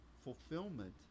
fulfillment